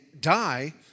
die